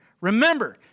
Remember